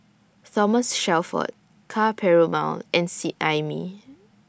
Thomas Shelford Ka Perumal and Seet Ai Mee